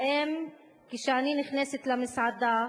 האם כשאני נכנסת למסעדה,